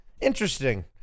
interesting